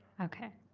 okay.